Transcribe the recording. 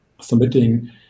submitting